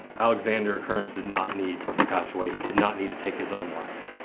alexander kearns did not need to pass away. he did not need to take his own life.